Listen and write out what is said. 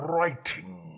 Writing